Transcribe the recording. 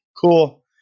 cool